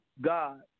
God